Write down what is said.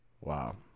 Wow